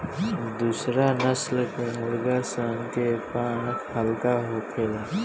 दुसरा नस्ल के मुर्गा सन के पांख हल्का होखेला